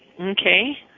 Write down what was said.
Okay